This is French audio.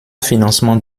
financement